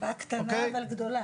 חווה קטנה אבל גדולה.